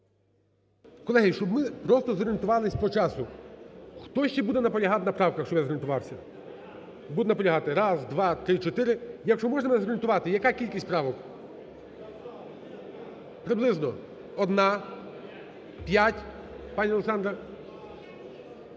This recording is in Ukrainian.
Колеги, щоб ми просто зорієнтувались по часу, хто ще буде наполягати на правках, щоб я зорієнтувався. Буде наполягати раз, два, три, чотири. Якщо можна, мене зорієнтувати: яка кількість правок? Приблизно. Одна, п'ять, пані Олександра,